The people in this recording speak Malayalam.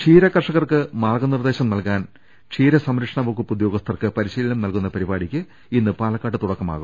ക്ഷീര കർഷകർക്ക് മാർഗ നിർദേശം നൽകാൻ ക്ഷീര സംര ക്ഷണ വകുപ്പ് ഉദ്യോഗസ്ഥർക്ക് പരിശീലനം നൽകുന്ന പരിപാടിക്ക് ഇന്ന് പാലക്കാട്ട് തുടക്കമാകും